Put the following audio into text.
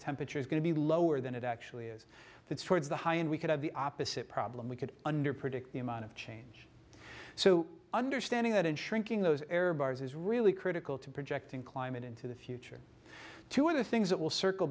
temperature is going to be lower than it actually is that's towards the high and we could have the opposite problem we could under predict the amount of change so understanding that in shrinking those error bars is really critical to projecting climate into the future to other things that will circle